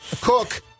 Cook